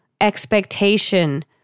expectation